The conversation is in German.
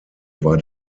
war